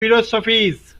philosophies